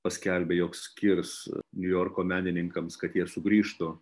paskelbė jog skirs niujorko menininkams kad jie sugrįžtų